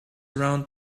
around